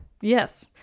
Yes